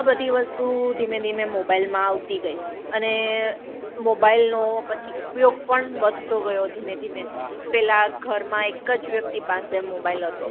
આ બધી વસ્તુ ધીમે ધીમે મોબાઈલમાં આવતી ગઈ અને મોબાઈલનો પછી ઉપયોગ પણ વધતો ગયો ધીમે ધીમે પેલા ઘરમાં એક જ વ્યક્તિ પાસે મોબાઈલ હતો